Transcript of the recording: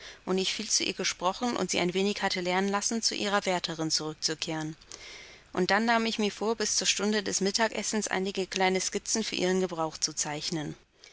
und ich viel zu ihr gesprochen und sie ein wenig hatte lernen lassen zu ihrer wärterin zurückzukehren und dann nahm ich mir vor bis zur stunde des mittagessens einige kleine skizzen für ihren gebrauch zu zeichnen